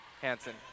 Hansen